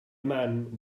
man